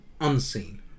unseen